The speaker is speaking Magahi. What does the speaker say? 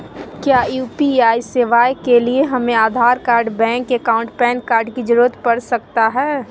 क्या यू.पी.आई सेवाएं के लिए हमें Aadhaar card bank account PAN card की जरूरत पड़ सकता है?